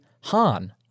Han